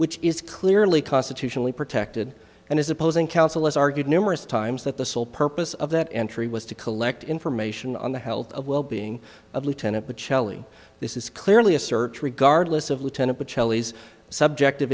which is clearly constitutionally protected and is opposing counsel as argued numerous times that the sole purpose of that entry was to collect information on the health of well being of lieutenant the celli this is clearly a search regardless of lieutenant but shelley's subjective